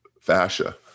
fascia